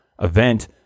event